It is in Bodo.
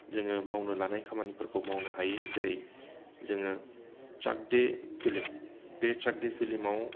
जोङो मावनो लानाय खामानिफोरखौ मावनो हायो जेरै जोङो चाक डे' फिल्म बे 'चाक डे' फिल्मआव